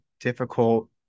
difficult